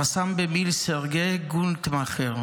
רס"מ במיל' סרגיי גונטמכר,